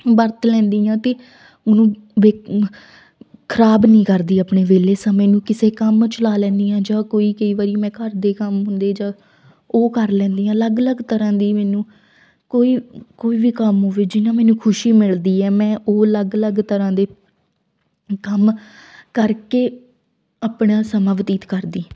ਵਰਤ ਲੈਂਦੀ ਹਾਂ ਅਤੇ ਉਹਨੂੰ ਬੇ ਖਰਾਬ ਨਹੀਂ ਕਰਦੀ ਆਪਣੇ ਵਿਹਲੇ ਸਮੇਂ ਨੂੰ ਕਿਸੇ ਕੰਮ 'ਚ ਲਾ ਲੈਂਦੀ ਹਾਂ ਜਾਂ ਕੋਈ ਕਈ ਵਾਰੀ ਮੈਂ ਘਰ ਦੇ ਕੰਮ ਹੁੰਦੇ ਜਾਂ ਉਹ ਕਰ ਲੈਂਦੀ ਹਾਂ ਅਲੱਗ ਅਲੱਗ ਤਰ੍ਹਾਂ ਦੀ ਮੈਨੂੰ ਕੋਈ ਕੋਈ ਵੀ ਕੰਮ ਹੋਵੇ ਜਿਹ ਨਾਲ ਮੈਨੂੰ ਖੁਸ਼ੀ ਮਿਲਦੀ ਹੈ ਮੈਂ ਉਹ ਅਲੱਗ ਅਲੱਗ ਤਰ੍ਹਾਂ ਦੇ ਕੰਮ ਕਰਕੇ ਆਪਣਾ ਸਮਾਂ ਬਤੀਤ ਕਰਦੀ